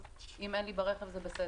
אז אם אין לי ברכב זה בסדר.